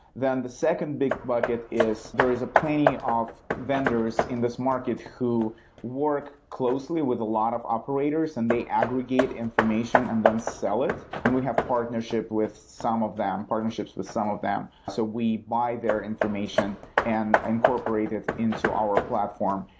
then the second big bucket is there is plenty of vendors in this market who work closely with a lot of operators and they aggregate information and then sell it, and we have partnership with some of them, partnerships with some of them. so we buy their information and incorporate it into our platform.